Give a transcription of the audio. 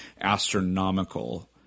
astronomical